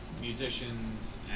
musicians